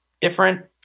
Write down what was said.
different